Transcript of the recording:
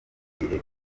ibihe